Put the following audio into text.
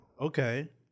Okay